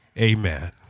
amen